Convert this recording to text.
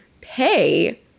pay